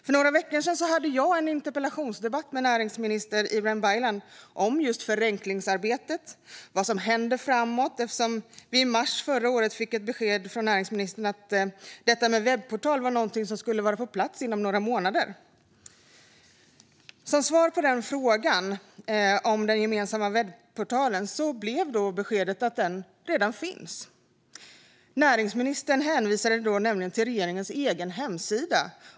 För några veckor sedan hade jag en interpellationsdebatt med näringsminister Ibrahim Baylan om just regelförenklingsarbetet och vad som händer framöver eftersom vi i mars förra året fick ett besked från näringsministern att detta med en webbportal var något som skulle vara på plats inom några månader. Svaret på frågan om den gemensamma webbportalen blev beskedet att den redan finns. Näringsministern hänvisade nämligen till regeringens egen hemsida.